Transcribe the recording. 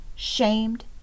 shamed